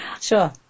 Sure